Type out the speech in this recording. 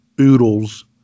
oodles